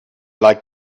like